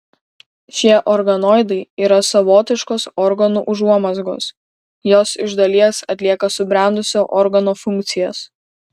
šie organoidai yra savotiškos organų užuomazgos jos iš dalies atlieka subrendusio organo funkcijas